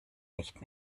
nicht